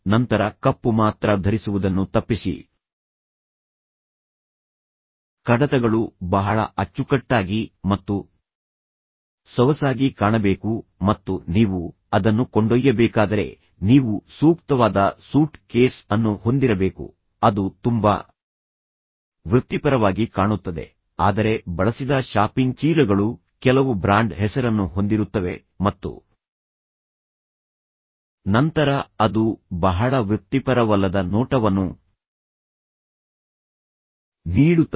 ನಂತರ ಕಪ್ಪು ಮಾತ್ರ ಧರಿಸುವುದನ್ನು ತಪ್ಪಿಸಿ ಕಡತಗಳು ಬಹಳ ಅಚ್ಚುಕಟ್ಟಾಗಿ ಮತ್ತು ಸೊಗಸಾಗಿ ಕಾಣಬೇಕು ಮತ್ತು ನೀವು ಅದನ್ನು ಕೊಂಡೊಯ್ಯಬೇಕಾದರೆ ನೀವು ಸೂಕ್ತವಾದ ಸೂಟ್ ಕೇಸ್ ಅನ್ನು ಹೊಂದಿರಬೇಕು ಅದು ತುಂಬಾ ವೃತ್ತಿಪರವಾಗಿ ಕಾಣುತ್ತದೆ ಆದರೆ ಬಳಸಿದ ಶಾಪಿಂಗ್ ಚೀಲಗಳು ಕೆಲವು ಬ್ರಾಂಡ್ ಹೆಸರನ್ನು ಹೊಂದಿರುತ್ತವೆ ಮತ್ತು ನಂತರ ಅದು ಬಹಳ ವೃತ್ತಿಪರವಲ್ಲದ ನೋಟವನ್ನು ನೀಡುತ್ತದೆ